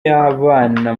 y’abana